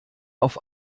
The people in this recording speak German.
auf